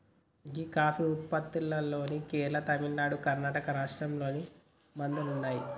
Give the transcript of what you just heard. గీ coffee ఉత్పత్తిలో కేరళ, తమిళనాడు, కర్ణాటక రాష్ట్రాలు ముందున్నాయి